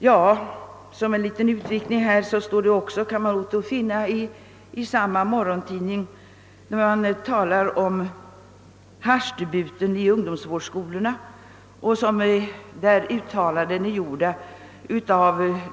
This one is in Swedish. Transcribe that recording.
För att göra en utvikning kan man finna att det i samma morgontidning talas om haschdebuten vid ungdomsvårdsskolorna.